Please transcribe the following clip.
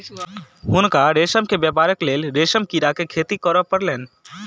हुनका रेशम के व्यापारक लेल रेशम कीड़ा के खेती करअ पड़लैन